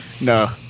No